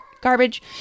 garbage